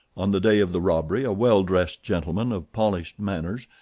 on the day of the robbery a well-dressed gentleman of polished manners,